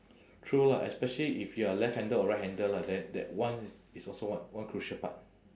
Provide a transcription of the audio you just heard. true lah especially if you are left handed or right handed lah then that one is is also one one crucial part